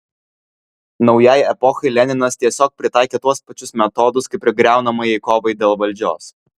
naujai epochai leninas tiesiog pritaikė tuos pačius metodus kaip ir griaunamajai kovai dėl valdžios